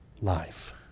life